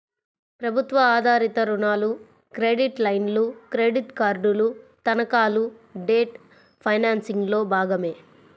ప్రభుత్వ ఆధారిత రుణాలు, క్రెడిట్ లైన్లు, క్రెడిట్ కార్డులు, తనఖాలు డెట్ ఫైనాన్సింగ్లో భాగమే